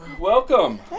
Welcome